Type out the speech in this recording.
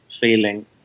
feeling